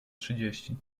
trzydzieści